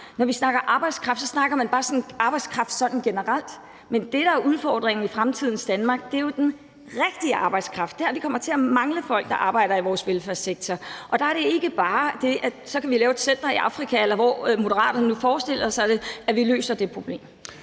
Når man snakker arbejdskraft, snakker man bare arbejdskraft sådan generelt, men det, der er udfordringen i fremtidens Danmark, er jo den rigtige arbejdskraft, og at vi kommer til at mangle folk, der kan arbejde i vores velfærdssektor. Og der kan vi ikke bare ved at lave et center i Afrika, eller hvor Moderaterne nu forestiller sig det, løse det problem.